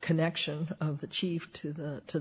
connection of the chief to the to the